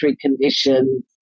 conditions